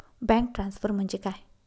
Bank transfer म्हणजे काय?